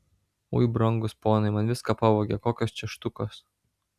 ui brangūs ponai man viską pavogė kokios čia štukos